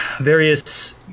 various